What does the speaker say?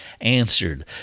answered